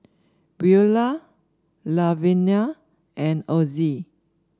Beula Lavenia and Ozie